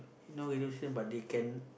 not using but they can